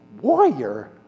warrior